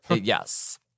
Yes